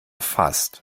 fast